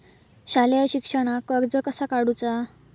शालेय शिक्षणाक कर्ज कसा काढूचा?